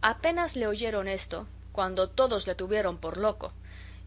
apenas le oyeron esto cuando todos le tuvieron por loco